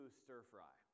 stir-fry